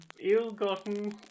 ill-gotten